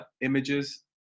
images